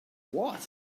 what